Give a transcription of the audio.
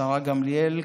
השרה גמליאל,